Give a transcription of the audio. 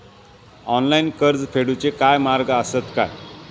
Online कर्ज फेडूचे काय मार्ग आसत काय?